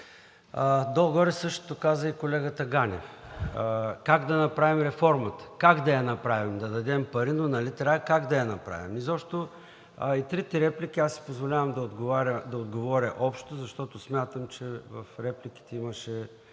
Долу-горе същото каза и колегата Ганев. Как да направим реформата? Как да я направим? Да дадем пари, но как да я направим? Изобщо и на трите реплики аз си позволявам да отговоря общо – защо смятам, че в репликите имаше